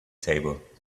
table